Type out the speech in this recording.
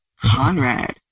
Conrad